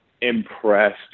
impressed